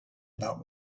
about